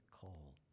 call